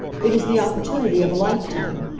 it is the opportunity of a lifetime.